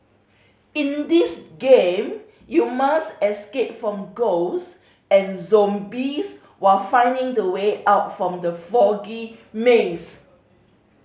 in this game you must escape from ghost and zombies while finding the way out from the foggy maze